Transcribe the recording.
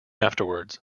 afterwards